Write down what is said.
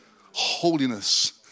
Holiness